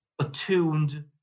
attuned